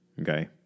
Okay